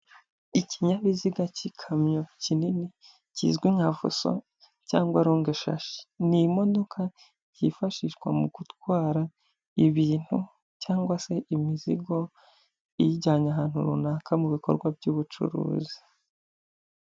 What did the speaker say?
Ikinyabiziga cy'ikamyo kinini kizwi nka fuso, cyangwa rongesashi, ni imodoka yifashishwa mu gutwara ibintu cyangwa se imizigo, iyijyanye ahantu runaka mu bikorwa by'ubucuruzi.